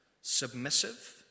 submissive